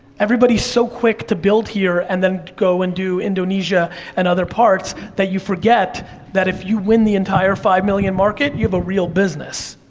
everybody's so quick to build here, and then go and do indonesia and other parts, that you forget that if you win the entire five million market, you have a real business.